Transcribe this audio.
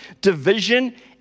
division